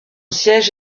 siège